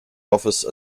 office